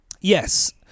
Yes